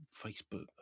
Facebook